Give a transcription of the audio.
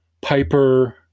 Piper